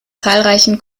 zahlreichen